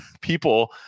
people